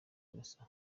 innocent